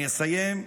אני אסיים,